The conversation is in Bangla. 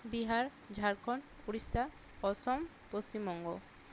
বিহার ঝাড়খন্ড উড়িষ্যা অসম পসশিমবঙ্গ